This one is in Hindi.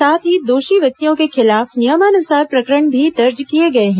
साथ ही दोषी व्यक्तियों के खिलाफ नियमानुसार प्रकरण भी दर्ज किए गए हैं